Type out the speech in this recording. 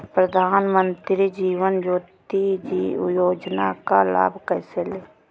प्रधानमंत्री जीवन ज्योति योजना का लाभ कैसे लें?